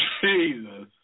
Jesus